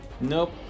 Nope